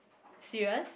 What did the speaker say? serious